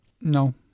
No